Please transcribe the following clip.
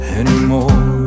anymore